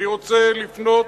אני רוצה לפנות,